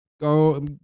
go